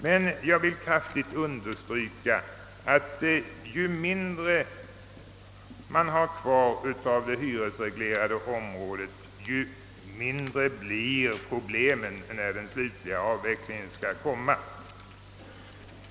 Men jag vill kraftigt understryka att ju mindre man har kvar av det hyresreglerade området dess mindre blir problemen när den slutliga avvecklingen skall genomföras.